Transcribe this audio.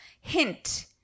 hint